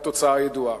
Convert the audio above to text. והתוצאה הידועה.